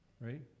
Right